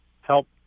help